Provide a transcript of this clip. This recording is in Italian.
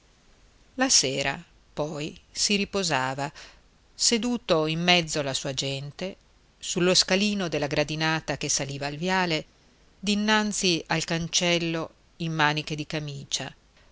la sera poi si riposava seduto in mezzo alla sua gente sullo scalino della gradinata che saliva al viale dinanzi al cancello in maniche di camicia